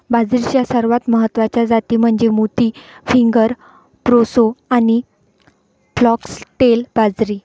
बाजरीच्या सर्वात महत्वाच्या जाती म्हणजे मोती, फिंगर, प्रोसो आणि फॉक्सटेल बाजरी